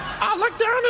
i look down